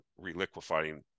reliquifying